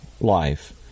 life